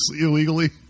illegally